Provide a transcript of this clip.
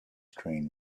train